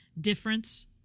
difference